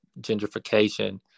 gentrification